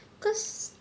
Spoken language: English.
cause